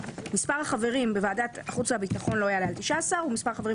מספר החברים בוועדת החוץ והביטחון לא יעלה על 19 ומספר החברים